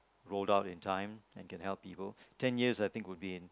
rolled out in time and can help people ten years I think would be in